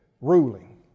ruling